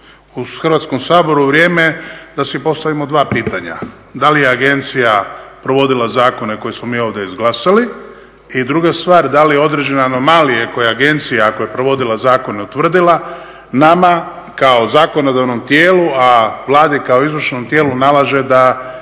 u Hrvatskom saboru vrijeme da si postavimo dva pitanja. Da li je agencija provodila zakone koje smo mi ovdje izglasali? I druga stvar, da li određene anomalije koje agencija ako je provodila zakone utvrdila nama kao zakonodavnom tijelu, a Vladi kao izvršnom tijelu nalaže da